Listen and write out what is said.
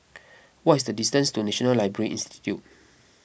what is the distance to National Library Institute